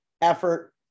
effort